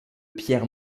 pierre